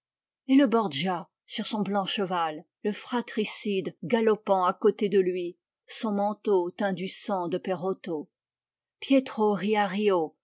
et le borgia sur son blanc cheval le fratricide galopant à côté de lui son manteau teint du sang de perotto pietro riario